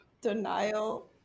denial